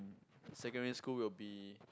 secondary school will be